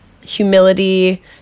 humility